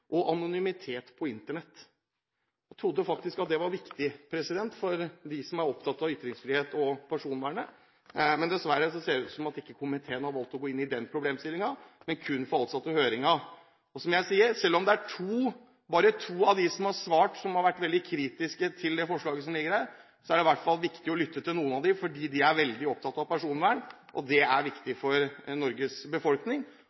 og anonymitet på Internett.» Jeg trodde faktisk at det var viktig for dem som er opptatt av ytringsfrihet og personvern, men dessverre ser det ut som om komiteen har valgt ikke å gå inn i den problemstillingen, men kun forholdt seg til høringen. Som jeg sier – selv om det er bare to av dem som har svart som har vært veldig kritiske til det forslaget som ligger her, er det i hvert fall viktig å lytte til dem, fordi de er veldig opptatt av personvern, og det er viktig for Norges befolkning.